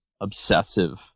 obsessive